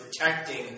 protecting